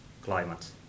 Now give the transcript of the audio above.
climate